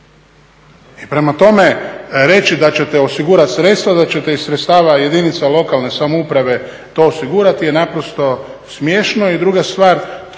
I prema tome, reći da ćete osigurati sredstva, da ćete iz sredstava jedinica lokalne samouprave to osigurati je naprosto smiješno. I druga stvar,